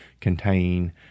contain